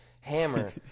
hammer